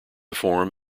form